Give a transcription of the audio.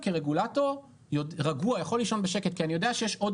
כרגולטור רגוע ויכול לישון בשקט כי אני יודע שיש עוד